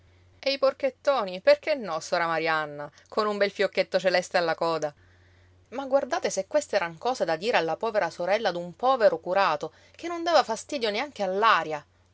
e i porchettoni perché no sora marianna con un bel fiocchetto celeste alla coda ma guardate se queste eran cose da dire alla povera sorella d'un povero curato che non dava fastidio neanche